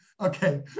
Okay